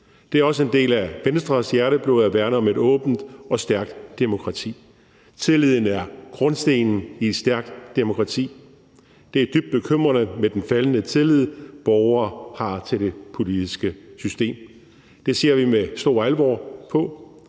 Det er også en del af Venstres hjerteblod at værne om et åbent og stærkt demokrati. Tilliden er grundstenen i et stærkt demokrati, og det er dybt bekymrende med den faldende tillid, borgere har til det politiske system. Det ser vi med stor alvor på,